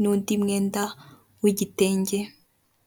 n'undi mwenda w'igitenge.